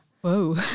whoa